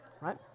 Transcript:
right